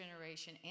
generation